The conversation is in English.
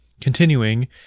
Continuing